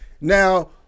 now